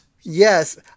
Yes